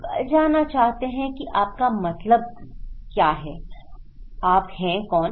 बजाना चाहते हैं कि आप का मतलब क्या है आप हैं कौन